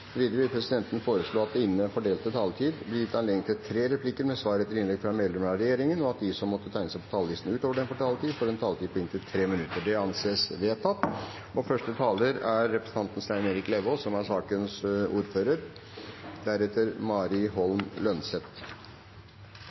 Videre vil presidenten foreslå at det – innenfor den fordelte taletid – blir gitt anledning til tre replikker med svar etter innlegg fra medlemmer av regjeringen, og at de som måtte tegne seg på talerlisten utover den fordelte taletid, får en taletid på inntil 3 minutter. – Det anses vedtatt. Vi skal nå behandle to proposisjoner, Prop. 148 L for 2016–2017 og Prop 33 L for 2017–2018. Det er